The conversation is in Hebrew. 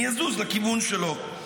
אני אזוז לכיוון שלו.